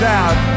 out